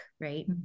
right